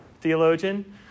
theologian